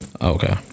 Okay